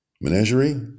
Menagerie